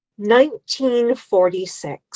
1946